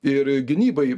ir gynybai